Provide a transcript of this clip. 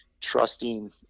trusting